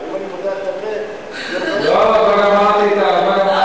מדבר ארבע, לא, עוד לא גמרתי את הזמן.